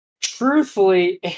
Truthfully